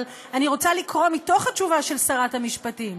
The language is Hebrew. אבל אני רוצה לקרוא מתוך התשובה של שרת המשפטים.